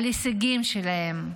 על ההישגים שלהם.